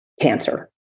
Cancer